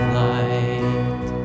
light